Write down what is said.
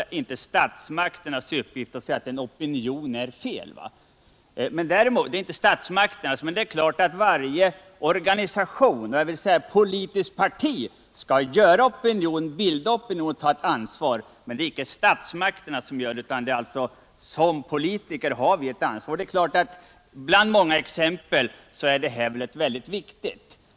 Det är inte statsmakternas uppgift att säga att en opinion är felaktig. Varje organisation och politiskt parti skall givetvis bilda opinion och ta ansvar, men det är inte statsmakternas uppgift att göra det, utan vi har som politiker ett ansvar. Bland många exempel är detta ett väldigt viktigt.